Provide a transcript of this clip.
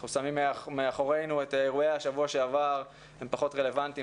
אנחנו שמים מאחורינו את אירועי השבוע שעבר שהם פחות רלוונטיים.